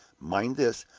mind this,